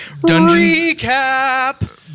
Recap